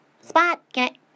Spot